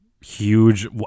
huge